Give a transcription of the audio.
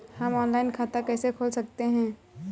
हम ऑनलाइन खाता कैसे खोल सकते हैं?